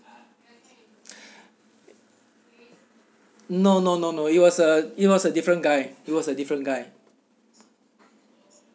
no no no no it was a it was a different guy it was a different guy